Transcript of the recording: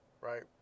right